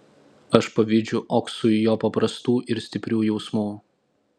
aš pavydžiu oksui jo paprastų ir stiprių jausmų